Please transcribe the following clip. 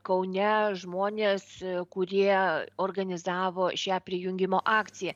kaune žmonės kurie organizavo šią prijungimo akciją